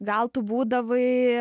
gal tu būdavai